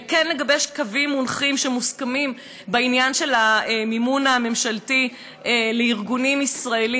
כן לגבש קווים מנחים מוסכמים בעניין המימון הממשלתי לארגונים ישראליים,